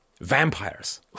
Vampires